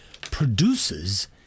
produces